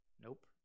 Nope